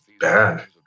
bad